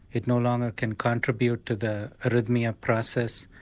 it no longer can contribute to the arrhythmia process,